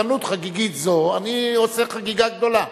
בהזדמנות חגיגית זו אני עושה חגיגה גדולה.